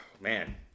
Man